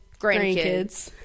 grandkids